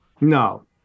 no